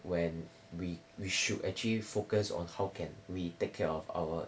when we we should actually focus on how can we take care of our